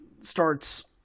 starts